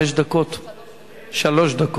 שלוש דקות.